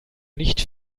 nicht